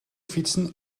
fietsen